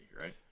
right